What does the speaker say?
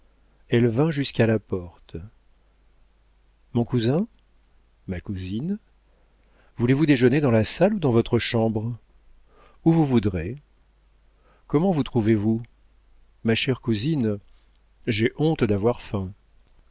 elle vint jusqu'à la porte mon cousin ma cousine voulez-vous déjeuner dans la salle ou dans votre chambre où vous voudrez comment vous trouvez-vous ma chère cousine j'ai honte d'avoir faim